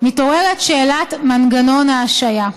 מתעוררת שאלת מנגנון ההשעיה.